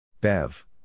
Bev